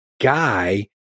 guy